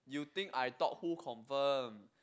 you think I thought who confirm